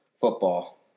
football